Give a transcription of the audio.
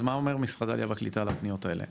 אז מה אומר משרד העלייה והקליטה על הפניות האלה?